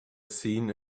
seen